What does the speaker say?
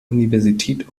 universität